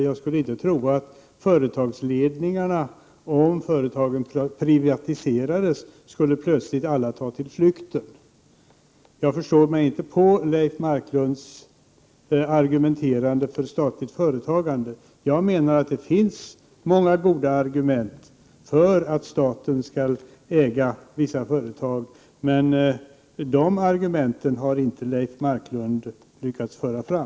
Jag tror inte att alla företagsledningar plötsligt skulle ta till flykten, om företagen privatiserades. Jag förstår mig inte på Leif Marklunds argumenterande för statligt företagande. Jag menar att det finns många goda argument för att staten skall äga vissa företag, men de argumenten har inte Leif Marklund lyckats föra fram.